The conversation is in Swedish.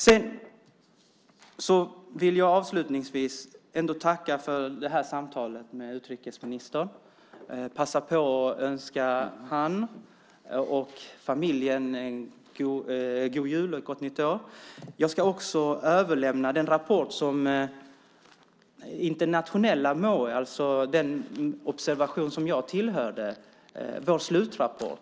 Jag vill avslutningsvis tacka för samtalet med utrikesministern och passa på att önska honom och familjen en god jul och ett gott nytt år. Jag ska också överlämna slutrapporten från den internationella observationsgrupp jag tillhörde.